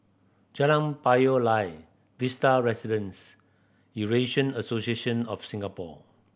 Jalan Payoh Lai Vista Residences Eurasian Association of Singapore